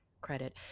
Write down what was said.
credit